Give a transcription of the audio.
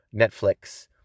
Netflix